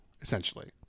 Essentially